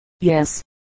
Yes